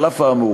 על אף האמור,